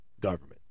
government